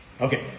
Okay